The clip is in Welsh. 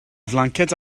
flanced